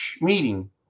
meeting